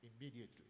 immediately